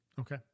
Okay